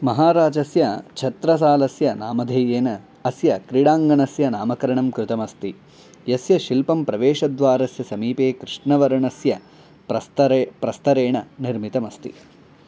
महाराजस्य छत्रसालस्य नामधेयेन अस्य क्रीडाङ्गणस्य नामकरणं कृतमस्ति यस्य शिल्पं प्रवेशद्वारस्य समीपे कृष्णवर्णस्य प्रस्तरेण प्रस्तरेण निर्मितमस्ति